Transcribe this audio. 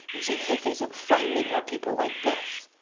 you say hey facebook, find me more people like this.